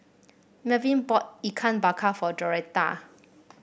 Melvin bought Ikan Bakar for Joretta